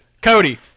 Cody